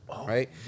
right